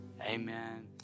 amen